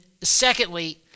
secondly